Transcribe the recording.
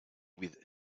with